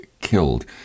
killed